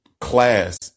class